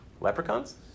leprechauns